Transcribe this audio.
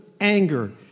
anger